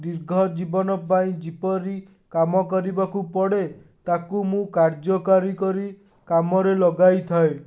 ଦୀର୍ଘ ଜୀବନ ପାଇଁ ଯେପରି କାମ କରିବାକୁ ପଡ଼େ ତାକୁ ମୁଁ କାର୍ଯ୍ୟକାରୀ କରି କାମରେ ଲଗାଇଥାଏ